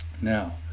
Now